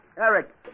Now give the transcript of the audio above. Eric